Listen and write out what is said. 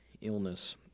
illness